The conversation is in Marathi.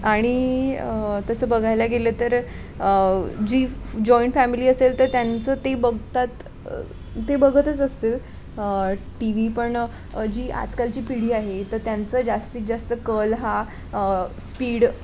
आणि तसं बघायला गेलं तर जी जॉईंट फॅमिली असेल तर त्यांचं ते बघतात ते बघतच असतं टी व्ही पण जी आजकालची पिढी आहे तर त्यांचं जास्तीत जास्त कल हा स्पीड